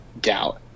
doubt